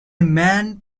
man